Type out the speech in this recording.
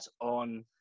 on